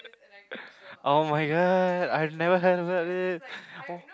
[oh]-my-god I never have that is it